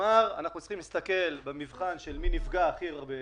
כלומר אנחנו צריכים להסתכל מי נפגע הכי הרבה,